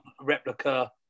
replica